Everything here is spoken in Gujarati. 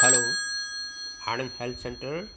hello Anand health centre